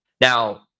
Now